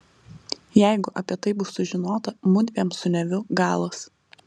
jeigu apie tai bus sužinota mudviem su neviu galas